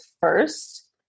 first